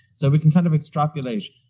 so we can kind of extrapolate,